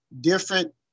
different